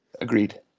Agreed